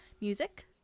music